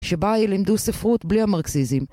שבה ילמדו ספרות בלי המרקסיזם